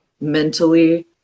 mentally